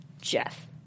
Jeff